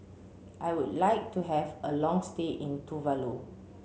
I would like to have a long stay in Tuvalu